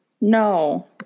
no